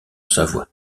savoie